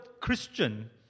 Christian